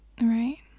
Right